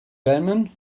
wellman